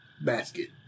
basket